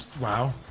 Wow